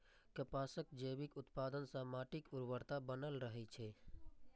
कपासक जैविक उत्पादन सं माटिक उर्वरता बनल रहै छै